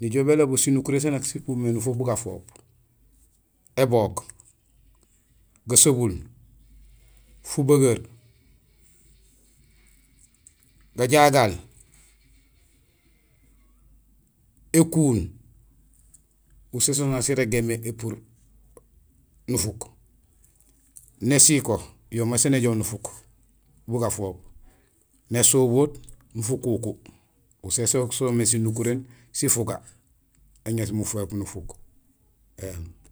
Nijool bélobul sinukuréén sanja sipur mé nufuk bu gafoop; ébook, gasobul, fubegeer, gajagaal, ékuun; usu so nasirégéén mé épur nufuk, nésiko yo may sén éjoow nufuk bu gafoop, nésubuut, fukuku. Usé so soomé sinukuréén sifuga; éŋéés mufopum nufuk.